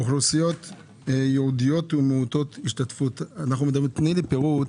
אוכלוסיות ייעודיות ומעוטות השתתפות, תני פירוט,